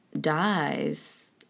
dies